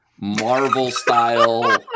Marvel-style